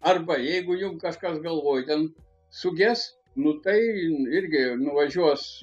arba jeigu jum kažkas galvoj ten suges nu tai irgi nuvažiuos